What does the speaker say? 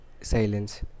silence